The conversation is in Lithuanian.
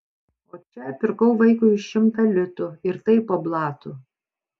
o čia pirkau vaikui už šimtą litų ir tai po blatu